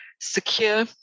secure